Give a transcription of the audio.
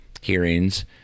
hearings